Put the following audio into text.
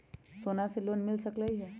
सोना से लोन मिल सकलई ह?